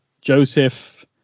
Joseph